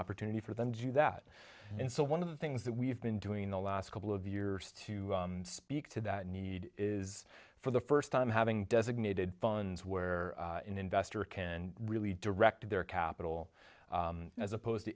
opportunity for them to do that and so one of the things that we've been doing in the last couple of years to speak to that need is for the first time having designated funds where an investor can really direct their capital as opposed to